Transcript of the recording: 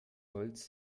holz